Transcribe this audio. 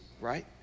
right